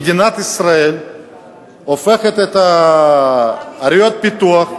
מדינת ישראל הופכת את ערי הפיתוח,